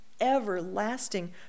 everlasting